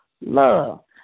love